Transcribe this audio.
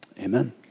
Amen